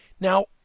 Now